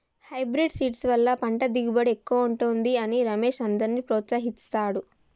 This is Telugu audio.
హైబ్రిడ్ సీడ్స్ వల్ల పంట దిగుబడి ఎక్కువుంటది అని రమేష్ అందర్నీ ప్రోత్సహిస్తాడు